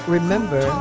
Remember